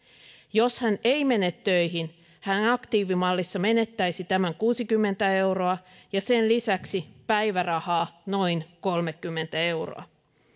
jos hän ei mene töihin hän aktiivimallissa menettäisi tämän kuusikymmentä euroa ja sen lisäksi päivärahaa noin kolmekymmentä euroa